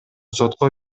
сотко